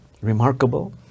remarkable